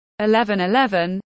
1111